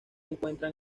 encuentran